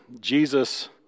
Jesus